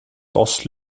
das